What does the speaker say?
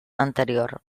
anterior